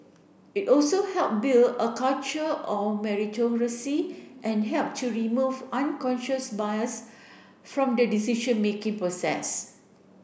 it also help build a culture of meritocracy and help to remove unconscious bias from the decision making process